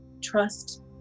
Trust